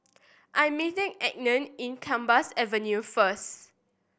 I am meeting Enid in Gambas Avenue first